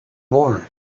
born